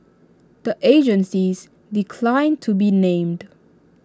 the agencies declined to be named